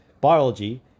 biology